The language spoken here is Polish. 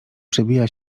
przebija